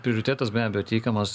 prioritetas be abejo teikiamas